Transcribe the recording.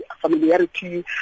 familiarity